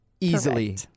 Easily